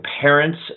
parents